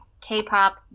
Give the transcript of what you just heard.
k-pop